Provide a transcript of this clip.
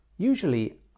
Usually